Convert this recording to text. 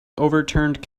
overturned